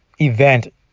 event